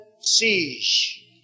siege